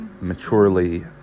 maturely